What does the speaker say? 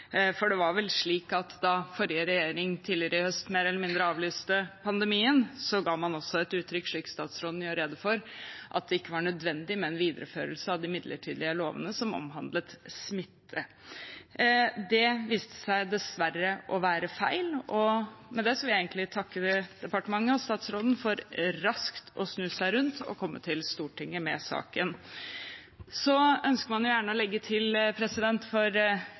for det var vel slik at da forrige regjering tidligere i høst mer eller mindre avlyste pandemien, ga man også uttrykk for – som statsråden gjorde rede for – at det ikke var nødvendig med en videreføring av de midlertidige lovene som omhandlet smitte. Det viste seg dessverre å være feil. Med det vil jeg takke departementet og statsråden for raskt å snu seg rundt og komme til Stortinget med saken. Jeg ønsker å legge til, for